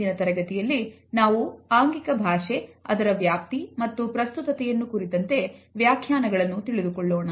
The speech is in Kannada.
ಇಂದಿನ ತರಗತಿಯಲ್ಲಿ ನಾವು ಆಂಗಿಕ ಭಾಷೆ ಅದರ ವ್ಯಾಪ್ತಿ ಮತ್ತು ಪ್ರಸ್ತುತತೆಯನ್ನು ಕುರಿತಂತೆ ವ್ಯಾಖ್ಯಾನಗಳನ್ನು ತಿಳಿದುಕೊಳ್ಳೋಣ